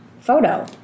photo